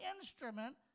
instrument